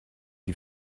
die